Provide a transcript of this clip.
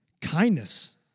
Kindness